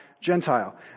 Gentile